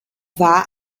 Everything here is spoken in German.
war